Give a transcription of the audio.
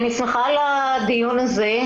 אני שמחה על הדיון הזה.